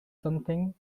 something